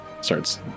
starts